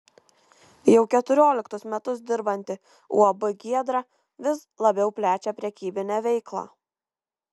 jau keturioliktus metus dirbanti uab giedra vis labiau plečia prekybinę veiklą